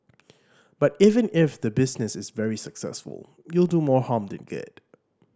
but even if the business is very successful you will do more harm than good